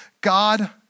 God